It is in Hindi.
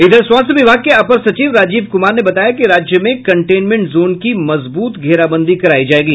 इधर स्वास्थ्य विभाग के अपर सचिव राजीव कुमार ने बताया कि राज्य में कंटेनमेंट जोन की मजबूत घेराबंदी करायी जायेगी